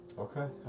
Okay